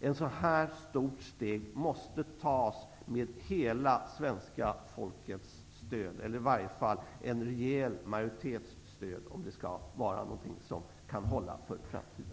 Ett så här stort steg måste tas med hela svenska folkets, eller i varje fall en rejäl majoritets stöd om det skall kunna hålla för framtiden.